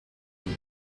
loop